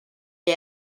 que